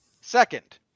Second